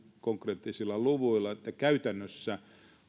konkreettisilla luvuilla että käytännössä